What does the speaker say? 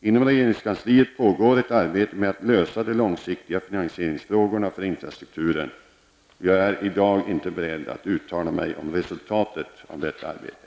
Inom regeringskansliet pågår ett arbete med att lösa de långsiktiga finansieringsfrågorna för infrastrukturen. Jag är i dag inte beredd att uttala mig om resultatet av detta arbete.